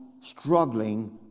struggling